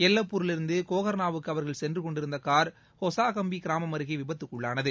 எள்ளப்பூரிலிருந்து கோகர்னாவுக்கு அவர்கள் சென்றுகொண்டிருந்த கார் ஹொசாகம்பி கிராமம் அருகே விபத்துக்குள்ளானது